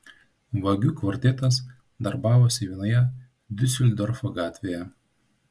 vagių kvartetas darbavosi vienoje diuseldorfo gatvėje